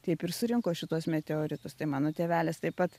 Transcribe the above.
taip ir surinko šituos meteoritus tai mano tėvelis taip pat